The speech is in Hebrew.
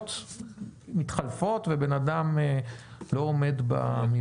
שהמיומנויות מתחלפות ובן אדם לא עומד במיומנויות.